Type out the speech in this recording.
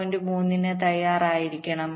3 ന് തയ്യാറായിരിക്കണം